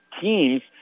teams